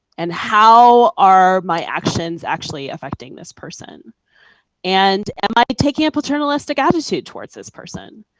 and how are my actions actually affecting this person and am i taking a paternalistic attitude towards this person?